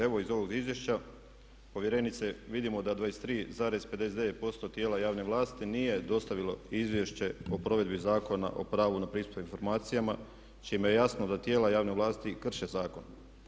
Evo iz ovog izvješća povjerenice vidimo da 23,59% tijela javne vlasti nije dostavilo Izvješće o provedbi Zakona o pravu na pristup informacijama čime je jasno da tijela javne vlasti krše zakon.